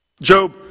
Job